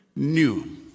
New